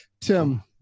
Tim